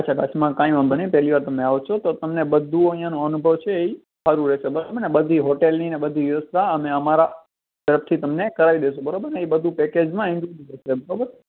અચ્છા અરછા કચ્છમાં કંઈ વાંધો નહીં પહેલી વાર તમે આવો છો તો તમને બધું અહીંયાનો અનુભવ છે એ સારું રહેશે બરાબર ને બધી હોટેલની ને બધી વ્યવસ્થા અમે અમારા તરફથી તમને કરાવી દઇશું બરાબર એ બધું પેકેજમાં ઇન્ક્લુંડેડ છે બરોબર